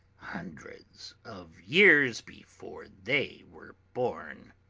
hundreds of years before they were born